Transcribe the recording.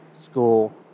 school